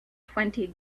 twenty